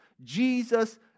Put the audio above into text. Jesus